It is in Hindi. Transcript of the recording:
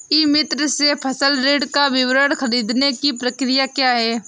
ई मित्र से फसल ऋण का विवरण ख़रीदने की प्रक्रिया क्या है?